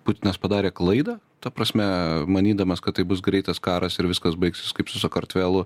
putinas padarė klaidą ta prasme manydamas kad tai bus greitas karas ir viskas baigsis kaip su sakartvelu